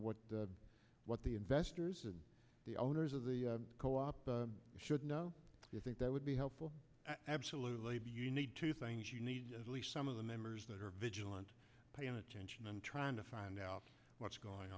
what what the investors and the owners of the co op should know you think that would be helpful absolutely you need two things you need at least some of the members that are vigilant paying attention and trying to find out what's going